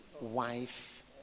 wife